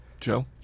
Joe